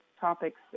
topics